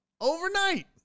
overnight